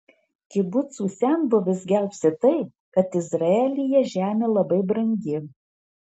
kibucų senbuvius gelbsti tai kad izraelyje žemė labai brangi